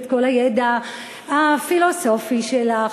את כל הידע הפילוסופי שלך,